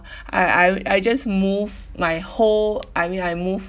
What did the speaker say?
I I I just move my whole I mean I move